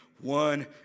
one